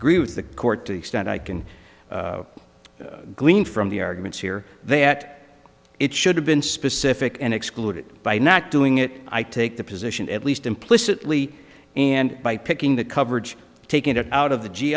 agree with the court to the extent i can glean from the arguments here that it should have been specific and exclude it by not doing it i take the position at least implicitly and by picking the coverage taking it out of the g